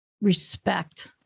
Respect